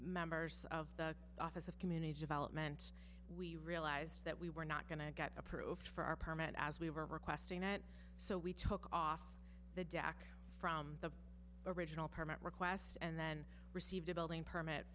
members of the office of community development we realized that we were not going to get approved for our permit as we were requesting it so we took off the deck from the original permit request and then received a building permit